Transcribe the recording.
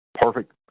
perfect